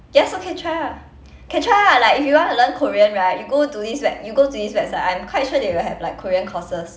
ya so can try ah can try ah like if you want to learn korean right you go to this web~ you go to this website I'm quite sure they will have like korean courses